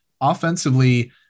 offensively